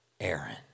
Aaron